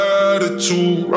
attitude